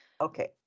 Okay